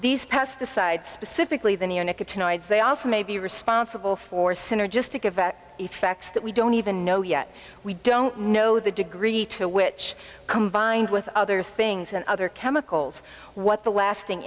these pesticides specifically the new unit gets annoyed they also may be responsible for synergistic effects that we don't even know yet we don't know the degree to which combined with other things and other chemicals what the lasting